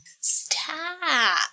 Stop